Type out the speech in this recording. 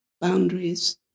boundaries